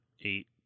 eight